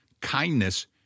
kindness